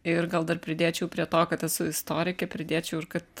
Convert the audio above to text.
ir gal dar pridėčiau prie to kad esu istorikė pridėčiau ir kad